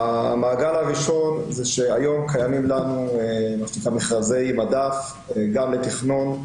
המעגל הראשון זה שהיום קיימים לנו מכרזי מדף גם לתכנון,